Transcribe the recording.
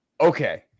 Okay